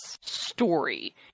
story